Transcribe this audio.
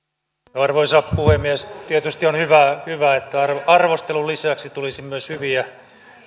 arvoisa puhemies tietysti on hyvä että arvostelun lisäksi tulisi myös hyviä